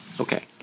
Okay